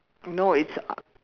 no it's uh